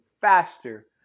faster